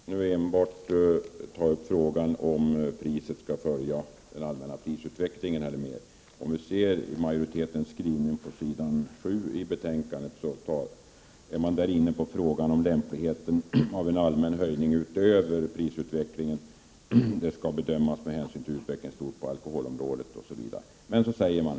Herr talman! Jag skall enbart ta upp frågan huruvida alkoholpriserna skall följa den allmänna prisutvecklingen. I majoritetens skrivning på s.7 i utskottsbetänkandet står: ”Lämpligheten av en allmän höjning därutöver bör enligt utskottets uppfattning bedömas med hänsyn till utvecklingen i stort på alkoholområdet —-—-—-.